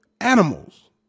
animals